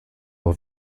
auch